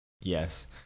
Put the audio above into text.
Yes